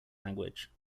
language